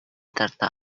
тарта